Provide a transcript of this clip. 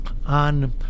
on